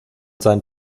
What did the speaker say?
seinen